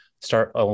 start